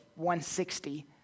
160